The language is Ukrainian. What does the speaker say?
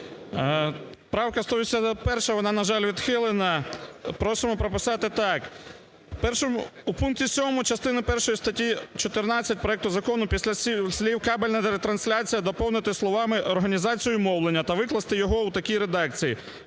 Правка 181 вона, на жаль, відхилена. Просимо прописати так. У пункті 7 частини першої статті 14 проект закону після слів "кабельна ретрансляція" доповнити словами "організація мовлення" та викласти його в такій редакції: